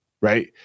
right